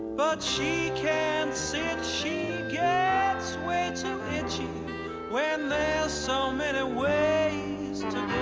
but she can't sit she gets wait too itchy when there's so many ways to